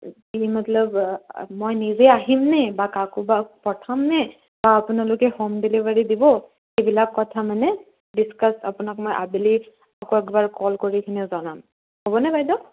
কি মতলব মই নিজে আহিমনে বা কাৰোবাক পঠিয়ামনে বা আপোনালোকে হোম ডেলিভাৰী দিব সেইবিলাক কথা মানে ডিচকাছ আপোনাক মই আবেলি আকৌ এবাৰ কল কৰি কিনে জনাম হ'বনে বাইদেউ